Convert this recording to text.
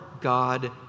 God